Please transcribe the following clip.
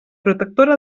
protectora